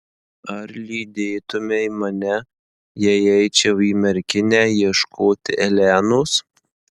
ar lydėtumei mane jei eičiau į merkinę ieškoti elenos